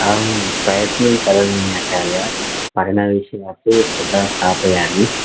अहं प्रयत्नं करोमि आचार्य पठनविषये अपि श्रद्धां स्थापयामि